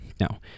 Now